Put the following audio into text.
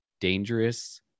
dangerous